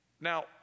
now